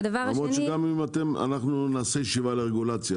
למרות שנעשה ישיבה על רגולציה,